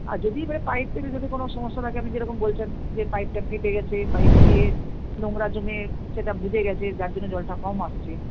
আর যদি এবারে পাইপের যদি কোনো সমস্যা থাকে আপনি যেরকম বলছেন যে পাইপটা ফেটে গেছে পাইপ দিয়ে নোংরা জমে সেটা বুজে গেছে যার জন্য জলটা কম আসছে